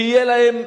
שיהיה להם,